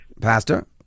Pastor